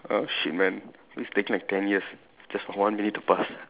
oh shit man this taking like ten years just one minute to pass